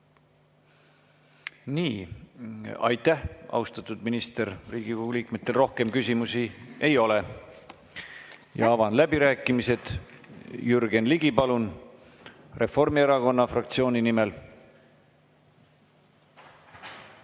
Nii. Aitäh, austatud minister! Riigikogu liikmetel rohkem küsimusi ei ole. Avan läbirääkimised. Jürgen Ligi, palun! Reformierakonna fraktsiooni nimel.